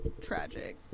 Tragic